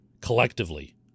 collectively